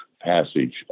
passage